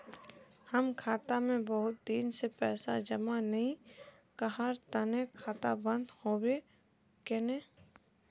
हम खाता में बहुत दिन से पैसा जमा नय कहार तने खाता बंद होबे केने?